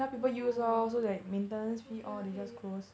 oh okay okay